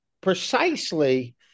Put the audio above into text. precisely